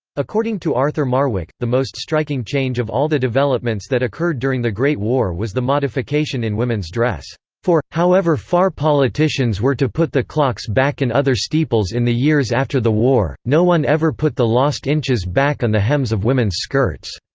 according to arthur marwick, the most striking change of all the developments that occurred during the great war was the modification in women's dress, for, however far politicians were to put the clocks back in other steeples in the years after the war, no one ever put the lost inches back on the hems of women's skirts